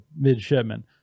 midshipmen